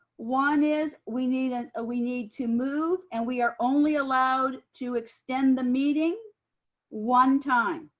one is, we need ah ah we need to move, and we are only allowed to extend the meeting one time.